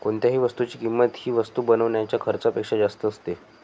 कोणत्याही वस्तूची किंमत ही वस्तू बनवण्याच्या खर्चापेक्षा जास्त असते